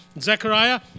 Zechariah